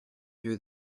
threw